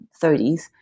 30s